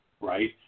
right